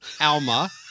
Alma